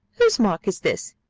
whose mark is this?